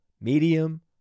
medium